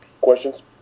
questions